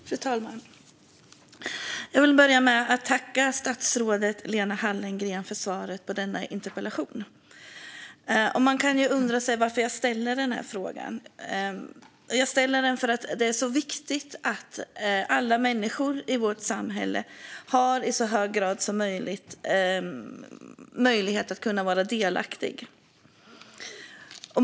Fru talman! Jag vill börja med att tacka statsrådet Lena Hallengren för svaret på denna interpellation. Man kan undra varför jag ställer den här frågan. Jag ställer den därför att det är så viktigt att alla människor i vårt samhälle i så hög grad som möjligt har möjlighet att vara delaktiga.